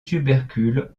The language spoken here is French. tubercules